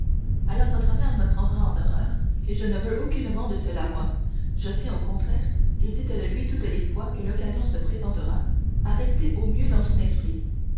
alors votre mère me prendra en horreur et je ne veux aucunement de cela moi je tiens au contraire et dites le lui toutes les fois que l'occasion s'en présentera à rester au mieux dans son esprit